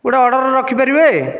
ଗୋଟିଏ ଅର୍ଡର ରଖିପାରିବେ